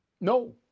No